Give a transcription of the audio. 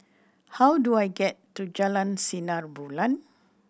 how do I get to Jalan Sinar Bulan